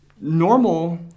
normal